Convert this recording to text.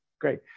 great